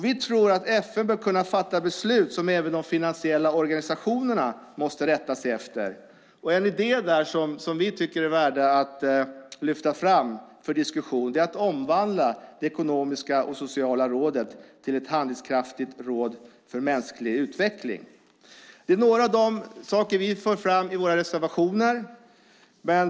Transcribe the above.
Vi tror att FN bör kunna fatta beslut som även de finansiella organisationerna måste rätta sig efter. En idé som vi tycker är värd att lyfta fram för diskussion är att omvandla det ekonomiska och sociala rådet till ett handlingskraftigt råd för mänsklig utveckling. Detta är några av de saker vi för fram i våra reservationer.